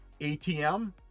ATM